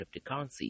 cryptocurrencies